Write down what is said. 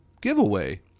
giveaway